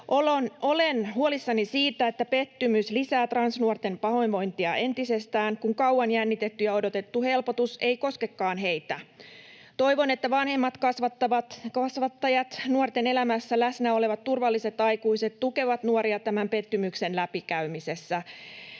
Olen huolissani siitä, että pettymys lisää transnuorten pahoinvointia entisestään, kun kauan jännitetty ja odotettu helpotus ei koskekaan heitä. Toivon, että vanhemmat, kasvattajat, nuorten elämässä läsnä olevat turvalliset aikuiset tukevat nuoria tämän pettymyksen läpikäymisessä.